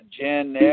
Jen